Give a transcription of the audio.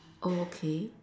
okay